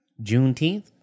Juneteenth